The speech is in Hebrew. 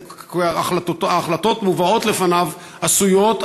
אם ההחלטות מובאות לפניו כבר עשויות,